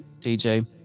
DJ